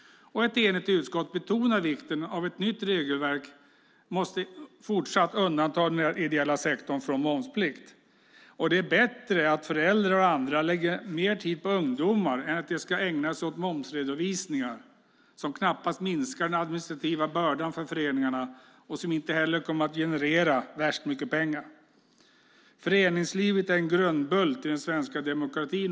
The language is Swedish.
Ett enigt utskott betonar vikten av att ett nytt regelverk fortsatt måste undanta den ideella sektorn från momsplikt. Det är bättre att föräldrar och andra lägger ned mer tid på ungdomar än på att ägna sig åt momsredovisningar som knappast minskar den administrativa bördan för föreningarna och som inte heller kommer att generera så värst mycket pengar. Föreningslivet är en grundbult i den svenska demokratin.